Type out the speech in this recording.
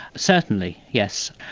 certainly, yes.